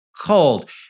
cold